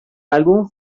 álbum